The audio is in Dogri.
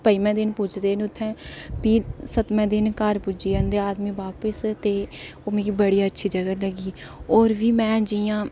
पंञमें दिन पुजदे न उत्थै ते सतमें दिन घर पुज्जी जंदे न बंदे घर बापिस ओह् मिगी बड़ी अच्छी जगह लग्गी होर बी में जि'यां